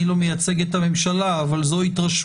אני לא מייצג את הממשלה, אבל זו התרשמותי.